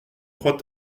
trois